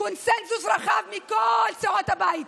קונסנזוס רחב של כל סיעות הבית.